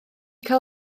cael